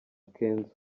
kenzo